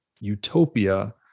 utopia